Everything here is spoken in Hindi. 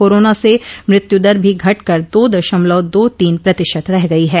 कोरोना से मृत्युदर भी घटकर दो दशमलव दो तीन प्रतिशत रह गई है